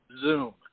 Zoom